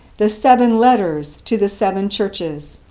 the seven letters to the seven churches.